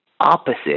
opposite